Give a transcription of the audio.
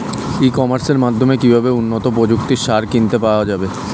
ই কমার্সের মাধ্যমে কিভাবে উন্নত প্রযুক্তির সার কিনতে পাওয়া যাবে?